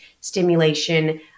stimulation